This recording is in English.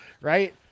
Right